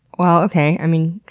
well, okay. i mean,